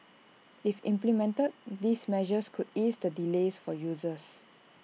if implemented these measures could ease the delays for users